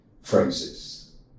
phrases